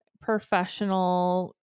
professional